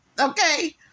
Okay